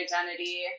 identity